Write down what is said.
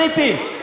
ציפי,